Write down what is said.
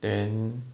then